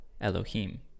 Elohim